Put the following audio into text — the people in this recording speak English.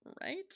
right